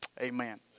Amen